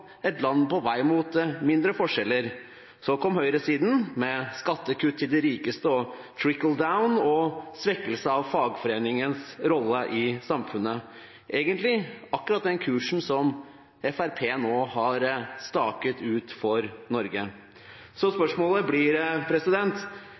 et land på vei mot mindre forskjeller. Så kom høyresiden, med skattekutt til de rikeste og «trickle-down» og svekkelse av fagforeningens rolle i samfunnet – egentlig akkurat den kursen som Fremskrittspartiet nå har staket ut for Norge.